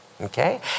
Okay